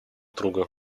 друга